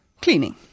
cleaning